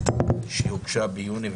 שהוגשה ביוני,